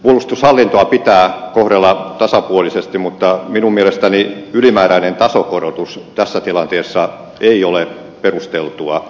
puolustushallintoa pitää kohdella tasapuolisesti mutta minun mielestäni ylimääräinen tasokorotus tässä tilanteessa ei ole perusteltu